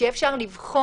שיהיה אפשר לבחון,